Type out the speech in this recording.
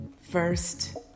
First